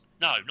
No